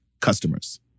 customers